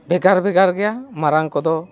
ᱵᱷᱮᱜᱟᱨ ᱵᱷᱮᱜᱟᱨ ᱜᱮᱭᱟ ᱢᱟᱨᱟᱝ ᱠᱚᱫᱚ